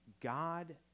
God